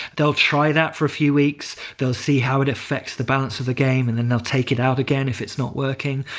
they'll try it out for a few weeks. they'll see how it affects the balance of the game and then they'll take it out again if it's not working.